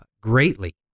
greatly